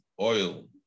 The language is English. oil